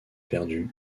perdues